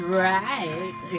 right